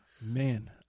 Man